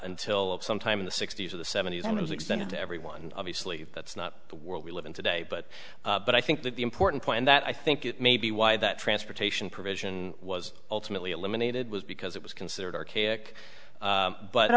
until sometime in the sixty's or the seventy's and is extended to everyone obviously that's not the world we live in today but but i think that the important point that i think it may be why that transportation provision was ultimately eliminated was because it was considered archaic